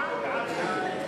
הודעת ראש הממשלה